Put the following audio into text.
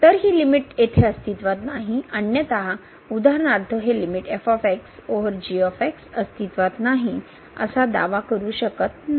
तर ही लिमिट येथे अस्तित्वात नाही अन्यथा उदाहरणार्थ हे लिमिट ओवर अस्तित्वात नाही असा दावा करू शकत नाही